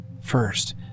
First